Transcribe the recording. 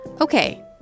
Okay